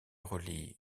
relie